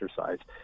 exercise